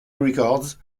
records